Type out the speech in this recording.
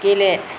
गेले